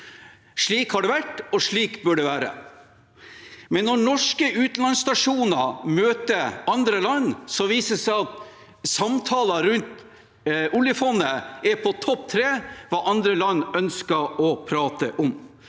Slik har det vært, og slik bør det være, men når norske utenlandsstasjoner møter andre land, viser det seg at samtaler rundt oljefondet er på topp tre av hva andre land ønsker å prate om.